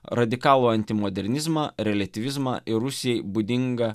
radikalų antimodernizmą reliatyvizmą ir rusijai būdingą